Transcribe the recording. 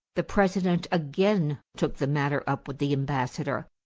the president again took the matter up with the ambassador,